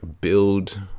build